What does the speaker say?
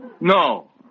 No